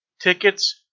tickets